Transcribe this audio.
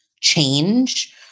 change